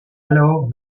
alors